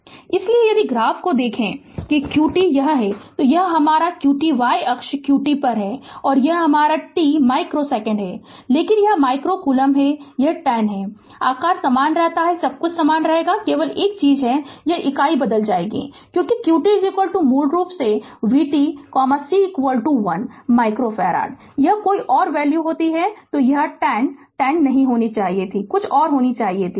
Refer Slide Time 2642 इसलिए यदि graph को देखें कि qt यह है तो यह हमारा qty अक्ष qt है और यह हमारा t माइक्रो सेकंड है लेकिन यह माइक्रो कूलम्ब यह 10 है आकार समान रहता है सब कुछ समान रहेगा केवल एक चीज यह है कि इकाई बदल जाएगी क्योंकि q t मूल रूप से v t c 1 microfarad यह कोई और वैल्यू होती तो यह 10 10 नहीं होनी चाहिए थी कुछ और होनी चाहिए